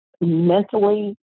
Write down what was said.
mentally